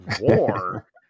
war